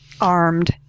armed